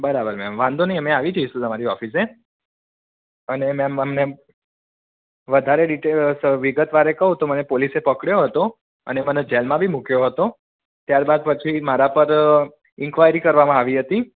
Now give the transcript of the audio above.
બરાબર મેમ વાંધો નહીં અમે આવી જઈશું તમારી ઓફિસે અને મેમ તમને વધારે ડિટેલસ વિગત વારે કહું તો મને પોલીસે પકડ્યો હતો અને મને જેલમાં બી મૂક્યો હતો ત્યાર બાદ પછી મારા પર ઇન્ક્વાયરી કરવામાં આવી હતી